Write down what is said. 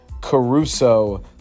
Caruso